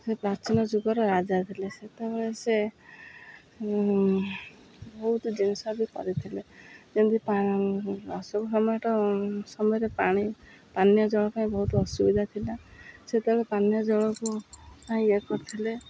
ସେ ପ୍ରାଚୀନ ଯୁଗର ରାଜା ଥିଲେ ସେତେବେଳେ ସେ ବହୁତ ଜିନିଷ ବି କରିଥିଲେ ଯେମିତି ଅଶୋକ ସମ୍ରାଟ ସମୟରେ ପାଣି ପାନୀୟ ଜଳ ପାଇଁ ବହୁତ ଅସୁବିଧା ଥିଲା ସେତେବେଳେ ପାନୀୟ ଜଳକୁ ପାଇଁ ଇଏ କରିଥିଲେ